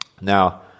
Now